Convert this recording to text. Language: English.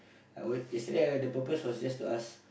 yesterday the purpose was just to ask